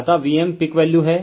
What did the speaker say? अत v m peak value है